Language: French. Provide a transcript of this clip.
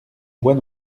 bois